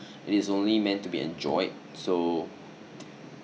it is only meant to be enjoyed so